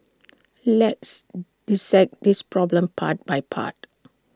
let's dissect this problem part by part